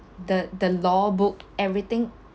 the the law book everything